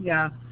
yeah.